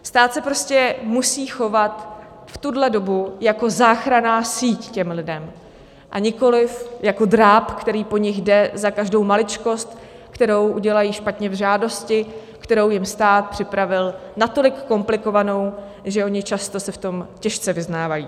Stát se prostě musí chovat v tuhle dobu jako záchranná síť k těm lidem, a nikoliv jako dráb, který po nich jde za každou maličkost, kterou udělají špatně v žádosti, kterou jim stát připravil natolik komplikovanou, že oni často se v tom těžce vyznávají.